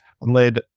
led